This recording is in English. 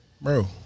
Bro